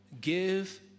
Give